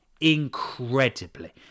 incredibly